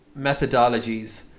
methodologies